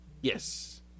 Yes